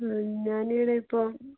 ആ ഞാനാണെ ഇപ്പോൾ